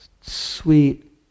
sweet